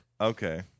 Okay